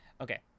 Okay